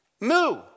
moo